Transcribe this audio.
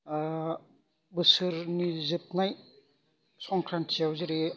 बोसोरनि जोबनाय संक्रान्तियाव जेरै